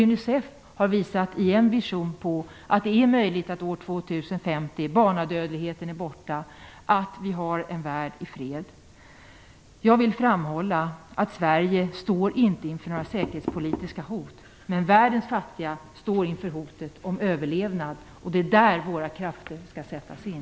UNICEF har i en vision visat att det är möjligt att barnadödligheten har upphört år 2050 och att vi har en värld i fred. Jag vill framhålla att Sverige inte står inför några säkerhetspolitiska hot. Men världens fattiga står inför hotet att inte överleva. Det är på det området våra krafter skall sättas in.